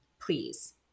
please